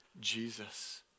Jesus